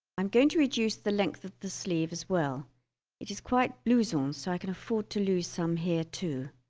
i'm going to reduce the length of the sleeve as well it is quite blouson um so i can afford to loose some here too